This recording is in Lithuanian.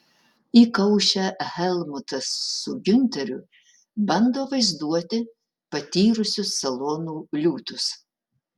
įkaušę helmutas su giunteriu bando vaizduoti patyrusius salonų liūtus